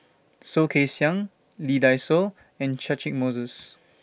Soh Kay Siang Lee Dai Soh and Catchick Moses